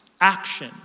action